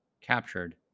captured